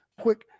quick